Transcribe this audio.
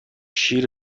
شیر